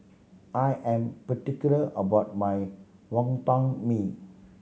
I am particular about my Wonton Mee